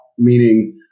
Meaning